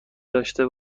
داشته